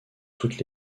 toutes